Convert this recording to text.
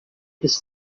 this